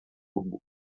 hudbu